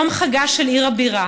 יום חגה של עיר הבירה,